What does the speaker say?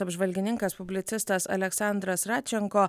apžvalgininkas publicistas aleksandras radčenko